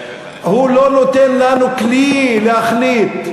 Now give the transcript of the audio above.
הוא לא נותן לנו כלי להחליט.